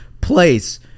place